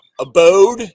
abode